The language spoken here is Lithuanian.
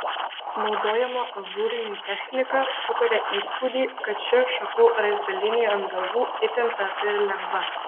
naudojama ažūrinė technika sukuria įspūdį kad ši šakų raizgalynė ant galvų itin trapi ir lengva